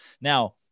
Now